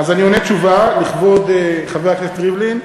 אז אני עונה תשובה לכבוד חבר הכנסת ריבלין.